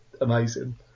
amazing